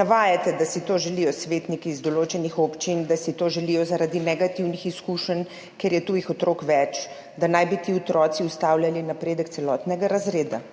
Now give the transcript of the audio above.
Navajate, da si to želijo svetniki iz določenih občin, da si to želijo zaradi negativnih izkušenj, ker je tujih otrok več, da naj bi ti otroci ustavljali napredek celotnega razreda.